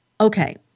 Okay